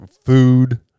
food